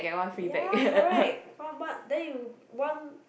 ya correct one month then you one